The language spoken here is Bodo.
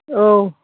औ